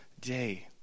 day